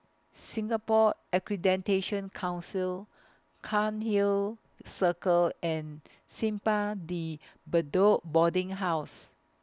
Singapore Accreditation Council Cairnhill Circle and Simpang De Bedok Boarding House